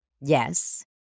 Yes